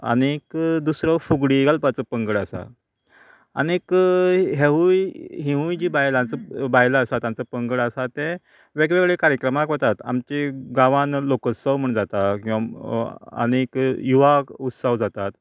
आनीक दुसरो फुगडी घालपाचो पंगड आसा आनीक हेवूय हिवूय जी बायलांचो बायलां आसा तांचो पंगड आसा ते वेगळेवेगळे कार्यक्रमाक वतात आमची गांवान लोकोत्सव म्हूण जाता किंवां आनीक युवा उत्सव जातात